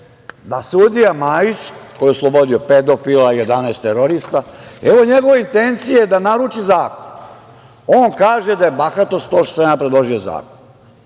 da sudija Majić, koji je oslobodio pedofila, 11 terorista, evo njegove intencije da naruči zakon. On kaže da je bahatost to što sam predložio zakon.